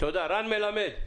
רן מלמד,